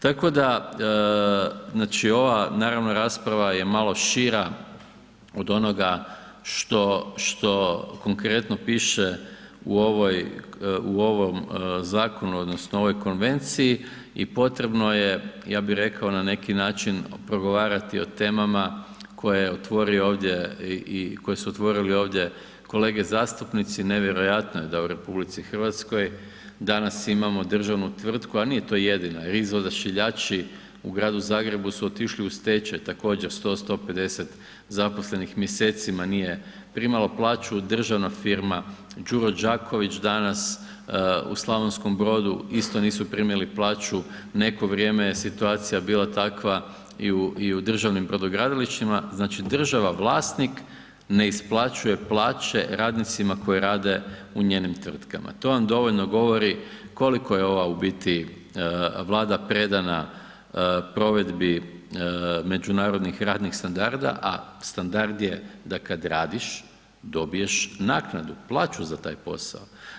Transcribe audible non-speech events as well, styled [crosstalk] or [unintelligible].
Tako da znači ova naravno rasprava je malo šira od onoga što konkretno piše u ovom zakonu odnosno ovoj konvenciji i potrebno je ja bi rekao, na neki način progovarati o temama koje su otvorili ovdje i kolege zastupnici, nevjerojatno je da u RH danas imamo državnu tvrtku a nije to jedina, ... [unintelligible] odašiljači u gradu Zagrebu su otišli u stečaj također, 100, 150 zaposlenih mjesecima nije primalo plaću, državnu firma Đuro Đaković danas u Slavonskom Brodu isto nisu primili plaću, neko vrijeme je situacija bila takva i u državnim brodogradilištima, znači država vlasnik ne isplaćuje plaće radnicima koji rade u njenim tvrtkama, to vam dovoljno govori koliko je ova u biti Vlada predana provedbi međunarodnih radnih standarda a standard je da kad radiš, dobiješ naknadu, plaću za taj posao.